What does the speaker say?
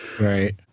Right